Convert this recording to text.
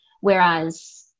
Whereas